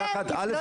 אתם --- א',